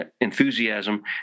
enthusiasm